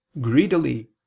greedily